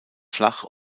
flach